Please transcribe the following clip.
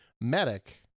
medic